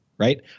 right